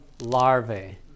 larvae